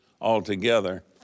altogether